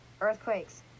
earthquakes